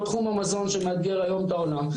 כל תחום המזון שמאתגר היום את העולם,